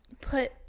put